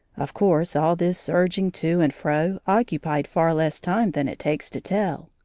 of course all this surging to and fro occupied far less time than it takes to tell.